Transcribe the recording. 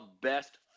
best